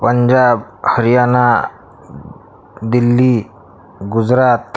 Punjab Haryana Delhi Gujarat